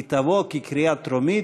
היא תבוא לקריאה טרומית,